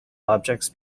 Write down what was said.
objects